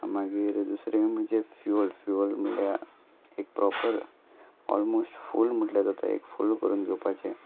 मागीर दुसरें म्हणजे फ्युल फ्युल म्हणल्यार एक प्रोपर ऑलमोस्ट फूल म्हटल्यार तो एक फूल करून घेवपाचें